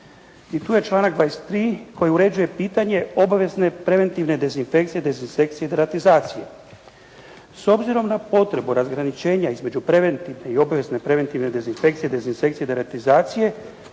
I tu je članak 23. koji uređuje pitanje obavezne preventivne dezinfekcije, dezinsekcije i deratizacije. S obzirom na potrebu razgraničenja između preventivne i obvezne preventivne dezinfekcije, dezinsekcije i deratizacije